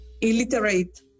illiterate